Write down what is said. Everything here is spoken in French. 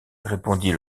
répondit